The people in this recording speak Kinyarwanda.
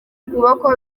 ukuboko